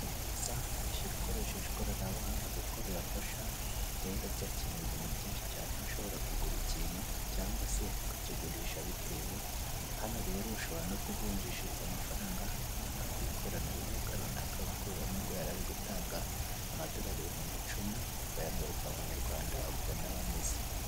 Ni byiza kwishyura ujoresheje ikoranabuhanga kuko birafasha rero byakemuye ibintu byinshi cyane aho ushobora kugura ikintu cyangwa ukakigurisha bitewe, hano rero ushonbora no kuvunjishiriza amafaranga ku ikoranabuhanga runaka, nkuko ubibona uyu nguyu yarari gutanga amadorari ibihumbi icumi bayamwereka mu manyarwanda ukuntu aba ameze.